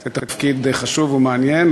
זה תפקיד חשוב ומעניין,